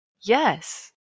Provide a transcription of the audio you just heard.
Yes